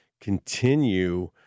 continue